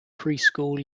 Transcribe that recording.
preschool